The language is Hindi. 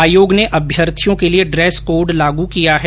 आयोग ने अभ्यर्थियों के लिये ड्रेस कोड लागू किया है